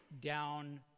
down